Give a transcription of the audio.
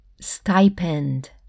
stipend